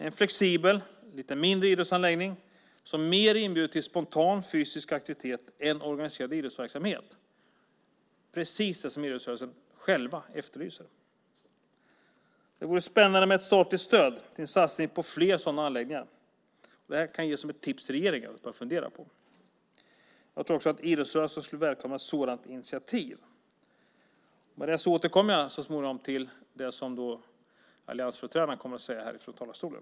Det är en flexibel mindre idrottsanläggning som mera inbjuder till spontan fysisk aktivitet än till organiserad idrottsverksamhet - precis det som idrottsrörelsen själv efterlyser. Det vore spännande med ett statligt stöd till en satsning på fler sådana anläggningar. Detta kan jag ge som ett tips till regeringen. Jag tror också att idrottsrörelsen skulle välkomna ett sådant initiativ. Jag återkommer så småningom till det som alliansföreträdarna kommer att säga här från talarstolen.